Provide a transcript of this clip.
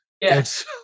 Yes